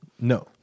No